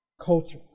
culture